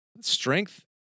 Strength